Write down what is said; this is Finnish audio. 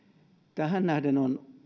tähän nähden on